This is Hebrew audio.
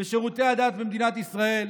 בשירותי הדת במדינת ישראל,